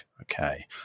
Okay